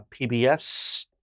PBS